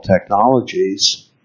technologies